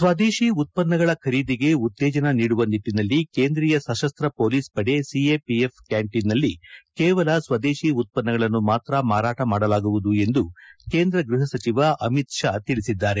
ಸ್ವದೇಶಿ ಉತ್ತನ್ನಗಳ ಖರೀದಿಗೆ ಉತ್ತೇಜನ ನೀಡುವ ನಿಟ್ಟನಲ್ಲಿ ಕೇಂದ್ರೀಯ ಸಶಸ್ತ ಮೊಲೀಸ್ ಪಡೆ ಸಿಎಪಿಎಫ್ ಕ್ಕಾಂಟೀನ್ನಲ್ಲಿ ಕೇವಲ ಸ್ವದೇಶಿ ಉತ್ತನ್ನಗಳನ್ನು ಮಾತ್ರ ಮಾರಾಟ ಮಾಡಲಾಗುವುದು ಎಂದು ಕೇಂದ್ರ ಗೃಹ ಸಚಿವ ಅಮಿತ್ ಶಾ ತಿಳಿಸಿದ್ದಾರೆ